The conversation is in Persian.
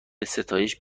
ستایش